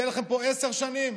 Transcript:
יהיו לכם פה עשר שנים.